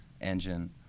engine